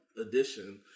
edition